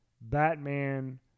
Batman